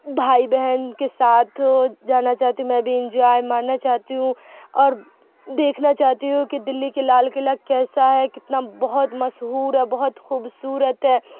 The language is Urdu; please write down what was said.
بھائی بہن کے ساتھ جانا چاہتی ہوں میں بھی انجوائے مارنا چاہتی ہوں اور دیکھنا چاہتی ہوں کہ دلی کے لال قلعہ کیسا ہے کتنا بہت مشہور اور بہت خوبصورت ہے